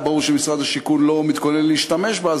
היה ברור שמשרד השיכון לא מתכונן להשתמש בה,